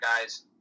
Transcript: guys